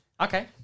Okay